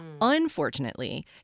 Unfortunately